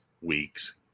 week's